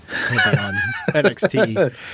NXT